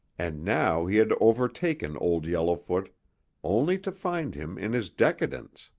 and now he had overtaken old yellowfoot only to find him in his decadence.